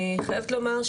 אני חייבת לומר,